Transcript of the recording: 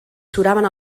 suraven